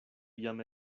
jam